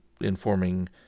informing